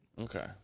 Okay